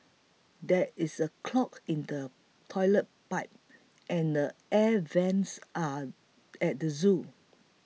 there is a clog in the Toilet Pipe and the Air Vents are at the zoo